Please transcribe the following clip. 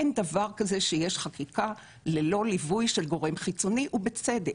אין דבר כזה שיש חקיקה ללא ליווי של גורם חיצוני ובצדק.